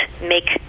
make